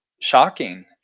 shocking